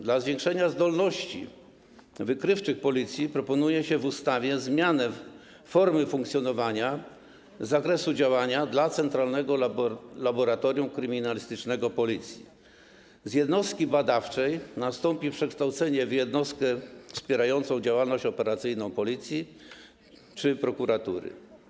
Dla zwiększenia zdolności wykrywczych Policji proponuje się w ustawie zmianę formy funkcjonowania, zakresu działania dla Centralnego Laboratorium Kryminalistycznego Policji: z jednostki badawczej nastąpi przekształcenie w jednostkę wspierającą działalność operacyjną Policji czy prokuratury.